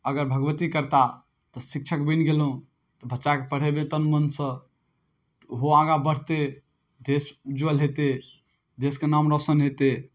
अगर भगवती करता तऽ शिक्षक बनि गेलहुँ बच्चाकेँ पढ़ैबे तन मनसँ ओहो आगाँ बढ़तै देश उज्ज्वल हेतै देशके नाम रौशन हेतै